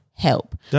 help